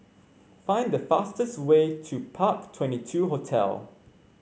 find the fastest way to Park Twenty two Hotel